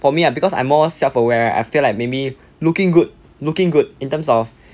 for me ah because I more self aware right I feel like maybe looking good looking good in terms of